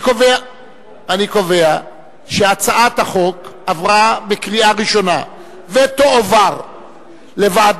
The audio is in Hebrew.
אני קובע שהצעת החוק עברה בקריאה ראשונה ותועבר לוועדת